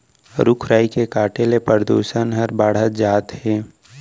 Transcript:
रूख राई के काटे ले परदूसन हर बाढ़त जात हे